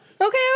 okay